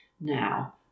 now